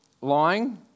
lying